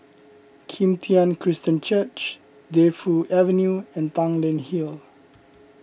Kim Tian Christian Church Defu Avenue and Tanglin Hill